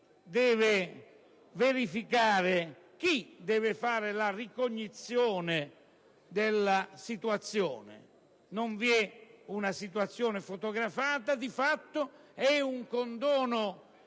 deve verificare, chi deve fare la ricognizione della situazione. Non vi è una situazione fotografata. Di fatto, è un condono